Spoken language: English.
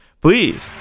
Please